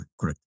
correct